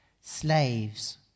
slaves